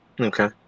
Okay